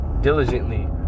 diligently